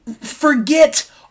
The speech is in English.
forget